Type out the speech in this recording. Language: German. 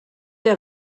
der